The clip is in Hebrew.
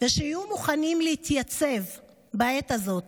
ושיהיו מוכנים להתייצב בעת הזאת,